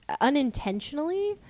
unintentionally